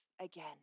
again